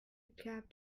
cab